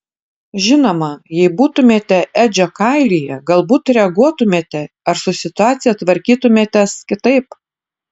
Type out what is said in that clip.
žinoma jei būtumėte edžio kailyje galbūt reaguotumėte ar su situacija tvarkytumėtės kitaip